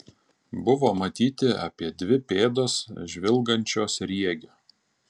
buvo matyti apie dvi pėdos žvilgančio sriegio